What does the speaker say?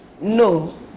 No